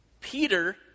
Peter